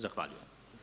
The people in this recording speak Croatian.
Zahvaljujem.